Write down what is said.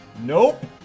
Nope